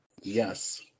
Yes